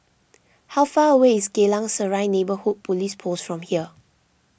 how far away is Geylang Serai Neighbourhood Police Post from here